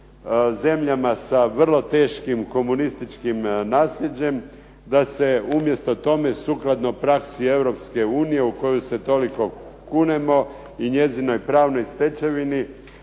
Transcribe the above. zemljama sa vrlo teškim komunističkim nasljeđem, da se umjesto tome sukladno praksi Europske unije u koju se toliko kunemo i njezinoj pravnoj stečevini,